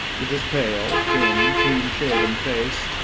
with his pale, thin, clean-shaven face,